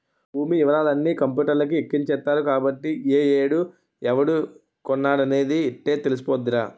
భూమి యివరాలన్నీ కంపూటర్లకి ఎక్కించేత్తరు కాబట్టి ఏ ఏడు ఎవడు కొన్నాడనేది యిట్టే తెలిసిపోద్దిరా